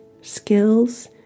skills